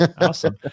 Awesome